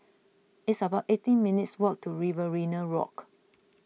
it's about eighteen minutes' walk to Riverina Walk